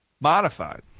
modified